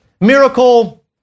miracle